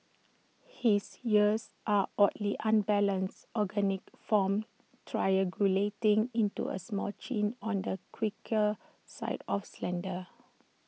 his ears are oddly unbalanced organic forms triangulating into A smooth chin on the quirkier side of slender